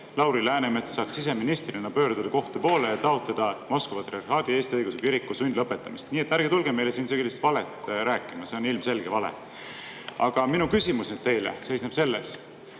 Lauri Läänemets siseministrina pöörduda kohtu poole ja taotleda Moskva Patriarhaadi Eesti Õigeusu Kiriku sundlõpetamist. Nii et ärge tulge meile sellist valet rääkima, see on ilmselge vale. Aga minu küsimus teile seisneb selles.